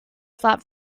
flap